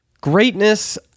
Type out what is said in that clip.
Greatness